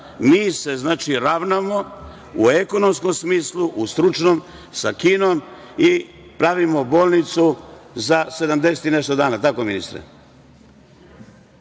mi se ravnamo u ekonomskom smislu, u stručnom sa Kinom i pravimo bolnicu za 70 i nešto dana, da li je